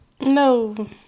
No